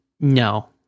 No